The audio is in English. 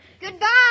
Goodbye